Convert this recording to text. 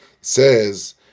says